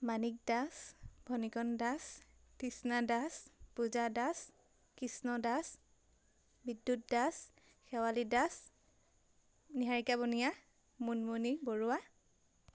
Manik Das Bhanikan Das Trishna Das Puja Das Krishna Das Bidyut Das Shewali Das Niharika Baniya Munmoni Barua